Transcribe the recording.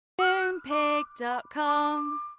Moonpig.com